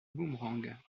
boomerang